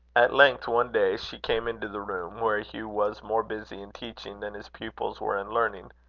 at length, one day, she came into the room where hugh was more busy in teaching than his pupils were in learning,